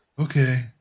Okay